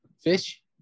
fish